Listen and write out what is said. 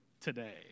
today